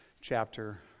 chapter